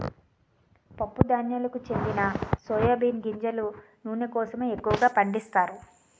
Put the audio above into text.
పప్పు ధాన్యాలకు చెందిన సోయా బీన్ గింజల నూనె కోసమే ఎక్కువగా పండిస్తారు